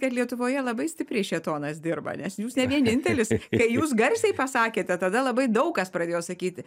kad lietuvoje labai stipriai šėtonas dirba nes jūs ne vienintelis kai jūs garsiai pasakėte tada labai daug kas pradėjo sakyti